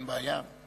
אין בעיה.